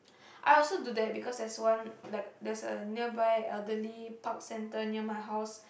I also do that cause there is one like there's a nearby elderly park center near my house